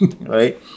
Right